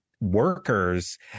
workers